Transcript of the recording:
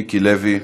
מיקי לוי,